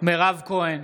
מירב כהן,